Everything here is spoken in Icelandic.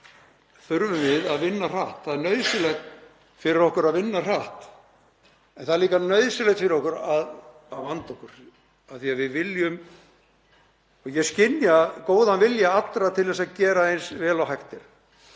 þurfum við að vinna hratt, það er nauðsynlegt fyrir okkur að vinna hratt. En það er líka nauðsynlegt fyrir okkur að vanda okkur af því að við viljum — ég skynja góðan vilja allra til að gera eins vel og hægt er.